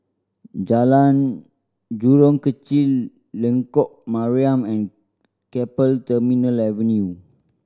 Jalan Jurong Kechil Lengkok Mariam and Keppel Terminal Avenue